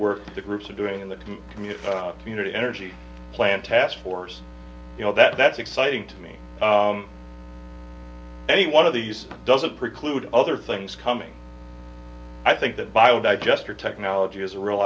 work the groups are doing in the community community energy plan task force you know that's exciting to me any one of these doesn't preclude other things coming i think that bio digester technology is a real